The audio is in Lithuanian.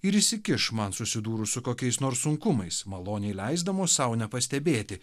ir įsikiš man susidūrus su kokiais nors sunkumais maloniai leisdamos sau nepastebėti